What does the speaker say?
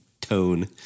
tone